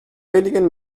wenigen